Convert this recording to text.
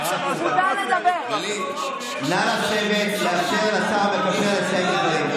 מיכל, אל תעשי פרופוגנדות פה.